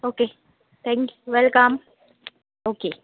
okay thank you welcome okay